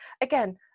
Again